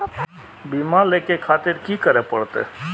बीमा लेके खातिर की करें परतें?